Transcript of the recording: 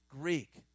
Greek